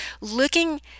looking